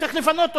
שצריך לפנות אותו,